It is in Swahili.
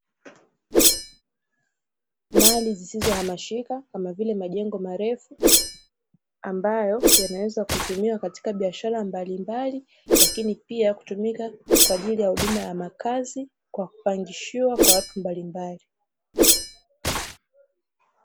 Mali zisizohamishika kama vile majengo marefu, ambayo yanaweza kutumiwa katika biashara mbalimbali, lakini pia kutumika kwa ajili ya huduma ya makazi, kwa kupangishiwa kwa watu mbalimbali.